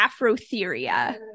Afrotheria